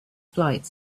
flight